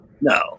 No